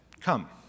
come